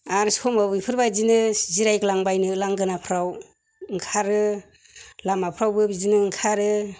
आरो समाव बेफोरबायदिनो जिरायग्लांबायनो लांगोनाफोराव ओंखारो लामाफोरावबो बिदिनो ओंखारो